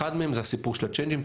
אחד מהם זה הסיפור של הצ'יינג'ים,